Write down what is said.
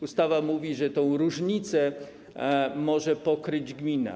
Ustawa mówi, że tę różnicę może pokryć gmina.